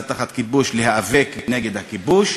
השעה 03:04, לפנות בוקר,